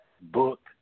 book